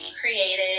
creative